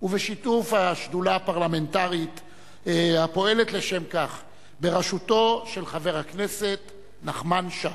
ובשיתוף השדולה הפרלמנטרית הפועלת לשם כך בראשותו של חבר הכנסת נחמן שי.